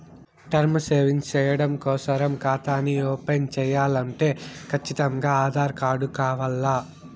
term savings చెయ్యడం కోసరం కాతాని ఓపన్ చేయాలంటే కచ్చితంగా ఆధార్ కార్డు కావాల్ల